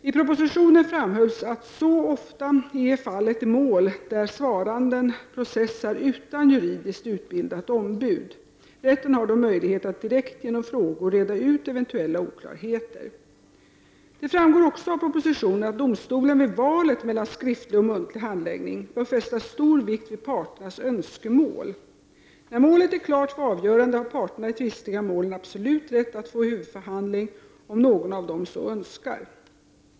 I propositionen framhölls att så ofta är fallet i mål där svaranden processar utan juridiskt utbildat ombud. Rätten har då möjlighet att direkt genom frågor reda ut eventuella oklarheter. Det framgår också av propositionen att domstolen vid valet mellan skriftlig och muntlig handläggning bör fästa stor vikt vid parternas önskemål. När målet är klart för avgörande har parterna i tvistiga mål en absolut rätt att få huvudförhandling om någon av dem så önskar.